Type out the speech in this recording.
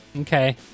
okay